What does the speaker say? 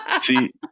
See